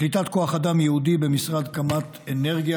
ולקליטת כוח אדם ייעודי במשרד קמ"ט אנרגיה,